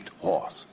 horse